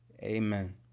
Amen